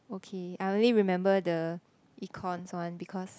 okay I only remember the Econs one because